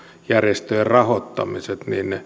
järjestöjen rahoittamisiin